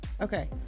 Okay